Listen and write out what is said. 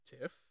Tiff